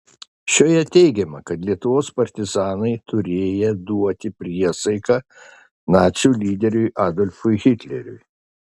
šioje teigiama kad lietuvos partizanai turėję duoti priesaiką nacių lyderiui adolfui hitleriui